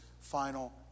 final